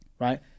right